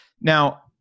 Now